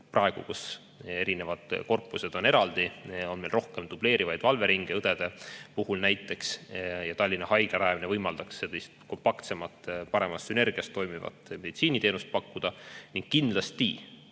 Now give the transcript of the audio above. Praegu, kui erinevad korpused on eraldi, on meil rohkem dubleerivaid valveringe, õdede puhul näiteks, aga Tallinna Haigla rajamine võimaldaks pakkuda sellist kompaktsemat, paremas sünergias toimivat meditsiiniteenust ning kindlasti